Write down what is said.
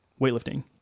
weightlifting